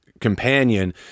companion